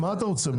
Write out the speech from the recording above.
מה אתה רוצה מהם?